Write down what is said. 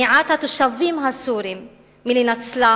מניעת התושבים הסורים מלנצלה